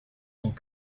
tant